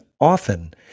often